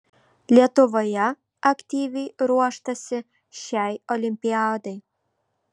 lietuvoje aktyviai ruoštasi šiai olimpiadai